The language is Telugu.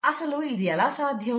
అసలు ఇది ఎలా సాధ్యం